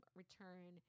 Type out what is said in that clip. return